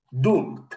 doomed